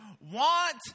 Want